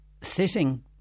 sitting